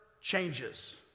changes